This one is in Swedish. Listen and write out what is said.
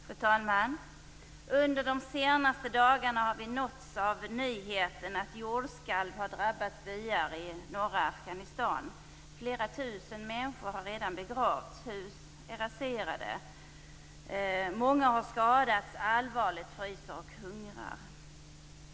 Fru talman! Under de senaste dagarna har vi nåtts av nyheten att jordskalv har drabbat byar i norra Afghanistan. Flera tusen människor har redan begravts. Hus är raserade. Många har skadats allvarligt, fryser och hungrar.